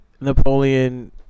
Napoleon